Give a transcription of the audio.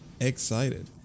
Excited